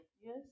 Yes